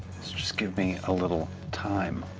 just give me a little time.